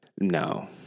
No